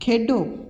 ਖੇਡੋ